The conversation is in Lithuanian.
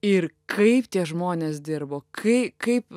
ir kaip tie žmonės dirbo kai kaip